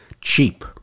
cheap